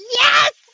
yes